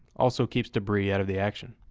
also keeps debris out of the action.